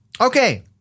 Okay